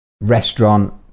restaurant